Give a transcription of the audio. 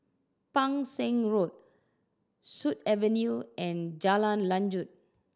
Pang Seng Road Sut Avenue and Jalan Lanjut